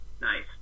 nice